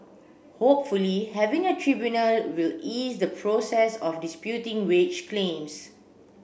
hopefully having a tribunal will ease the process of disputing wage claims